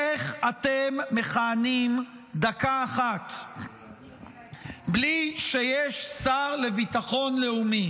איך אתם מכהנים דקה אחת בלי שיש שר לביטחון לאומי?